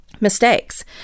mistakes